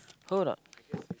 hold on